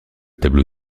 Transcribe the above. tableau